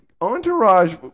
Entourage